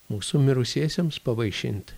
mūsų mirusiesiems pavaišint